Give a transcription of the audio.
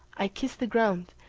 i kissed the ground,